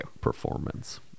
Performance